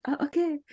okay